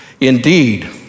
indeed